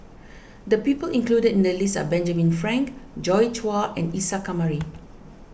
the people included in the list are Benjamin Frank Joi Chua and Isa Kamari